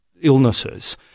illnesses